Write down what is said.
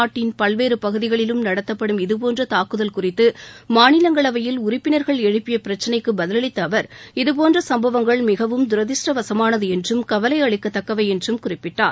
நாட்டின் பல்வேறு பகுதிகளிலும் நடத்தப்படும் இதுபோன்ற தாக்குதல் குறித்து மாநிலங்களவையில் உறுப்பினர்கள் எழுப்பிய பிரச்சினைக்கு பதிலளித்த அவர் இதபோன்ற சம்பவங்கள் மிகவும் தூர்திருஷ்டவசமானது என்றும் கவலை அளிக்கத்தக்கவை என்றும் குறிப்பிட்டார்